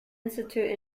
institute